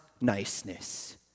niceness